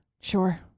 Sure